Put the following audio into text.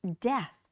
death